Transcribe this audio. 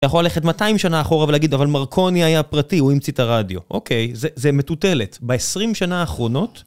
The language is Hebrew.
יכול ללכת 200 שנה אחורה ולהגיד, אבל מרקוני היה פרטי, הוא המציא את הרדיו. אוקיי, זה מטוטלת. ב-20 שנה האחרונות...